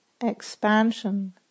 Expansion